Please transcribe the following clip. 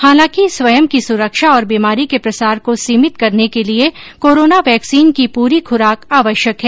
हालांकि स्वयं की सुरक्षा और बीमारी के प्रसार को सीमित करने के लिये कोरोना वैक्सीन की पूरी खुराक आवश्यक है